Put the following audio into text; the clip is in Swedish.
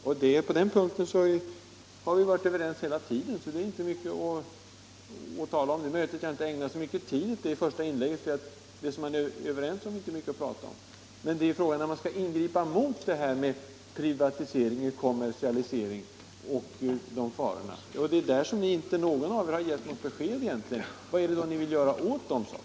När det gäller att stödja dem har vi varit överens hela tiden; det är alltså inte mycket att tala om. Men frågan är om ni tänker ingripa mot privatisering, kommersialisering och liknande faror. Det är på den punkten som inte någon av er har gett ordentligt besked. Vad är det ni vill göra åt de sakerna?